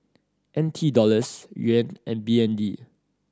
N T Dollars Yuan and B N D